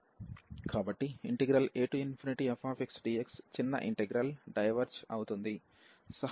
కాబట్టి afxdx చిన్న integral diverge అవుతుంది